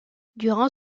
durant